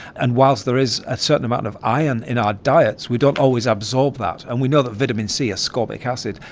and whilst there is a certain amount of iron in our diets, we don't always absorb that. and we know that vitamin c, ascorbic acid,